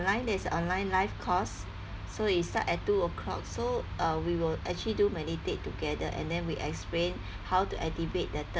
online there's online live course so it start at two o'clock so uh we will actually do meditate together and then we explain how to activate the third